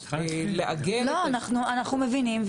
לעגן --- אנחנו מבינים,